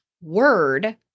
word